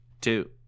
two